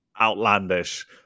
outlandish